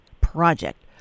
project